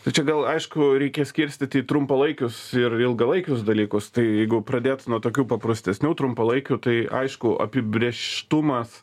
tai čia gal aišku reikia skirstyti į trumpalaikius ir ilgalaikius dalykus tai jeigu pradėt nuo tokių paprastesnių trumpalaikių tai aišku apibrėžtumas